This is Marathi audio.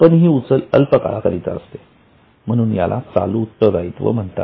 पण ही उचल अल्पकाळा करीता असते म्हणून याला चालू उत्तरदायित्व म्हणतात